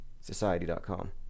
society.com